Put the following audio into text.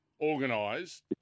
organised